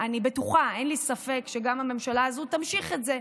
אין לי ספק שגם הממשלה הזאת תמשיך את זה.